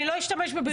אני לא אשתמש בבריונות.